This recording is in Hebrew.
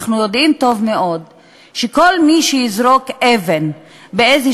אנחנו יודעים טוב מאוד שכל מי שיזרוק אבן באיזו